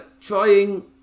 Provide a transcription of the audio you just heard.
trying